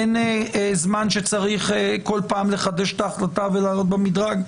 אין זמן שצריך בכל פעם לחדש את ההחלטה ולעלות במדרג?